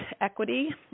equity